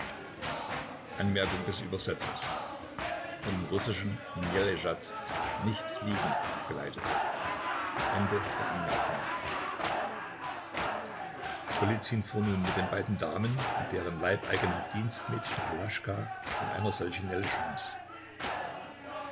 golizyn fuhr nun mit den beiden damen und deren leibeigenem dienstmädchen palaschka in einer solchen